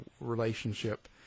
relationship